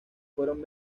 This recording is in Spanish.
fueron